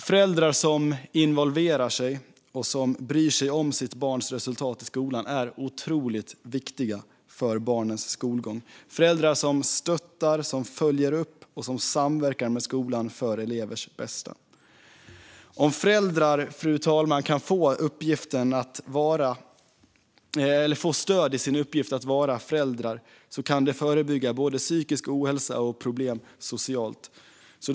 Föräldrar som involverar sig, bryr sig om sitt barns resultat i skolan, stöttar, följer upp och samverkar med skolan för elevens bästa är otroligt viktiga för barnens skolgång, fru talman. Om föräldrar kan få stöd i sin uppgift att vara föräldrar kan det förebygga både psykisk ohälsa och sociala problem.